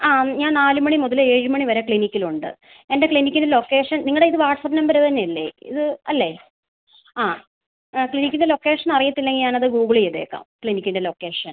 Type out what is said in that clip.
ആ ഞാൻ നാല് മണി മുതൽ ഏഴ് മണി വരെ ക്ലിനിക്കിൽ ഉണ്ട് എൻ്റെ ക്ലിനിക്കിൻ്റെ ലൊക്കേഷൻ നിങ്ങ ളുടെ ഇത് വാട്ട്സ്ആപ്പ് നമ്പര് തന്നെ അല്ലേ ഇത് അല്ലേ ആ ആ ക്ലിനിക്കിൻ്റെ ലൊക്കേഷൻ അറിയില്ലെങ്കിൽ ഞാൻ അത് ഗൂഗിള് ചെയ്തേക്കാം ക്ലിനിക്കിൻ്റെ ലൊക്കേഷൻ